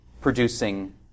producing